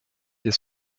des